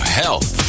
health